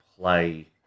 play